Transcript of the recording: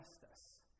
justice